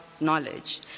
knowledge